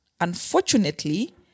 Unfortunately